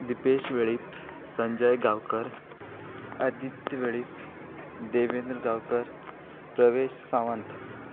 Dipesh Velip Sanjay Gaonkar Aditya Velip Devendra Gaonkar Pravesh Sawant